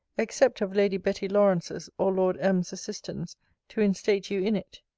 accept of lady betty lawrance's or lord m s assistance to instate you in it.